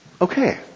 Okay